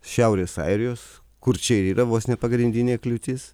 šiaurės airijos kur čia ir yra vos ne pagrindinė kliūtis